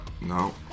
no